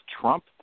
Trump